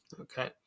Okay